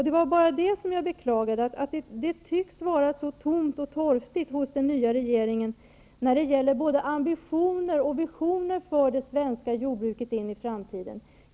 Det var bara det som jag beklagade, dvs. att det tycks vara så tomt och torftigt hos den nya regeringen när det gäller både ambitioner och visioner för det svenska jordbruket i framtiden.